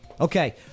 okay